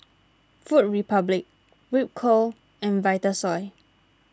Food Republic Ripcurl and Vitasoy